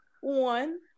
One